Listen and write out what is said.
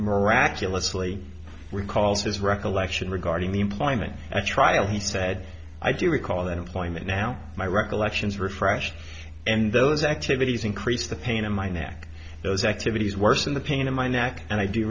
miraculously recalls his recollection regarding the employment at trial he said i do recall that employment now my recollections refresh and those activities increase the pain in my neck those activities worsened the pain in my neck and i do